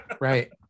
right